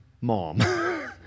mom